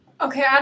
Okay